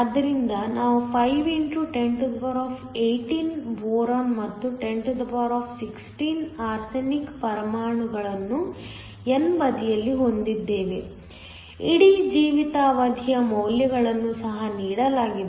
ಆದ್ದರಿಂದ ನಾವು 5 x 1018 boron ಮತ್ತು 1016 ಆರ್ಸೆನಿಕ್ ಪರಮಾಣುಗಳನ್ನು n ಬದಿಯಲ್ಲಿ ಹೊಂದಿದ್ದೇವೆ ಇಡೀ ಜೀವಿತಾವಧಿಯ ಮೌಲ್ಯಗಳನ್ನು ಸಹ ನೀಡಲಾಗಿದೆ